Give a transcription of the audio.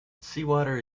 seawater